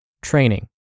Training